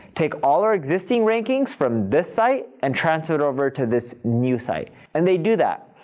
take all our existing rankings from this site, and transfer it over to this new site. and they do that.